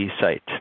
site